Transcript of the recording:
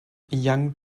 young